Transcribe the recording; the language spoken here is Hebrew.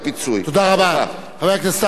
אני מזמין את השר יצחק כהן.